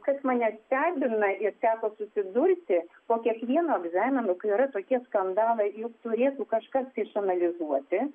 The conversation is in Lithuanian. kas mane stebina ir ten susidurti po kiekvieno egzamino kai yra tokie skandalai juk turėtų kažkas tai išanalizuoti